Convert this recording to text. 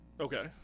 Okay